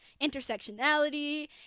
intersectionality